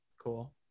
cool